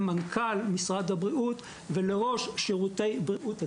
למנכ"ל משרד הבריאות ולראש שירותי בריאות הציבור,